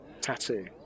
tattoo